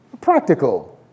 Practical